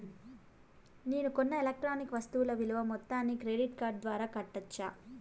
నేను కొన్న ఎలక్ట్రానిక్ వస్తువుల విలువ మొత్తాన్ని క్రెడిట్ కార్డు ద్వారా కట్టొచ్చా?